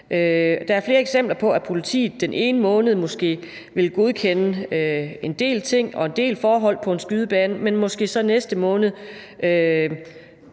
der er flere eksempler på, at politiet måske den ene måned vil godkende en del ting og en del forhold på en skydebane, men at de så den næste måned